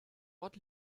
ort